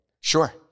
Sure